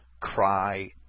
cry